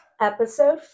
Episode